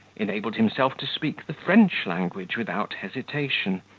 enabled himself to speak the french language without hesitation,